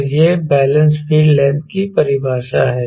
तो यह balance field length की परिभाषा है